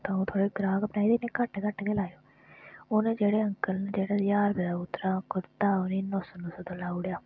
दं'ऊ थुआड़े ग्राहक बनाए ते इनें घट्ट घट्ट गै लाएओ उनें जेह्ड़े अंकल न जेह्ड़ा ज्हार रपेऽ दा कुर्ता उनेंगी नौ सौ नौ सौ रपेऽ दा लाउड़ेआ